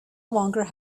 longer